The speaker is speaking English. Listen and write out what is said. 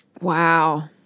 Wow